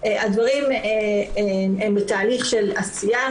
הדברים הם בתהליך של עשייה,